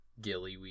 Gillyweed